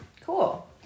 cool